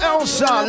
Elsa